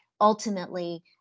ultimately